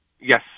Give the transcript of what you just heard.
Yes